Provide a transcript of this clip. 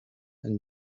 and